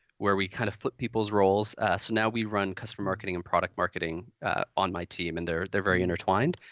where we kind of flipped people's roles. so now we run customer marketing and product marketing on my team, and they're they're very intertwined.